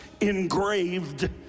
engraved